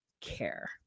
care